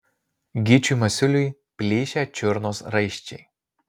gyčiui masiuliui plyšę čiurnos raiščiai